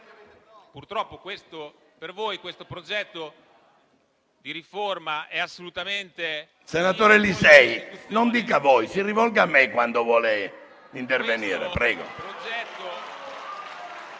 Senatore Lisei, non dica "voi", si rivolga a me quando interviene.